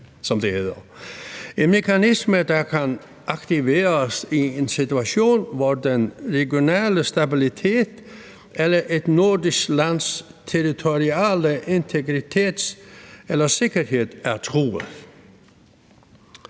en mekanisme, der kan aktiveres i en situation, hvor den regionale stabilitet eller et nordisk lands territoriale integritet eller sikkerhed er truet.